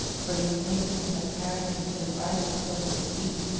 for his pacings had carried him to the farthest point of his beat,